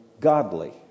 godly